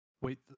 wait